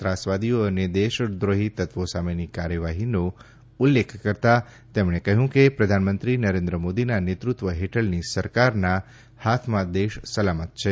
ત્રાસવાદીઓ અને દેશક્રોફી તત્વો સામેની કાર્યવાહીનો ઉલ્લેખ કરતાં તેમણે કહયું કે પ્રધાનમંત્રી નરેન્દ્ર મોદીના નેતૃત્વ હેઠળની સરકારના હાથમાં દેશ સલામત છે